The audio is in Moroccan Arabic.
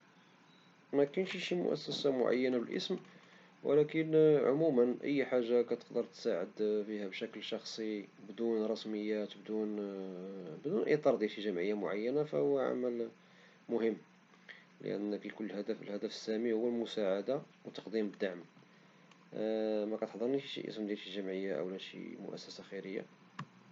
مكينشي شي مؤسسة معينة بالإسم ولكن عموما إذا كاين شي حاجة كتقدر تساعد بها بشكل شخصي بدون رسميات وبدون إطار ديال شي جمعية معينة فهو عمل مهم لأن كيكون الهدف سامي لي هو المساعدة وتقديم الدعم. مكتحضرنيش الأسم ديال شي جمعية أو مؤسسة خيرية.